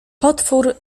potwór